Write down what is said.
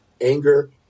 anger